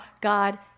God